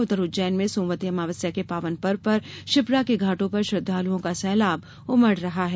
उधर उज्जैन में सोमवती अमावस्या के पावन पर्व पर शिप्रा के घाटों श्रद्वालुओं का सैलाब उमड़ रहा है